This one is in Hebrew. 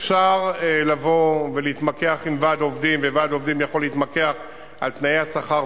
אפשר לבוא ולהתמקח עם ועד עובדים וועד עובדים יכול להתמקח על תנאי השכר,